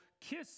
kiss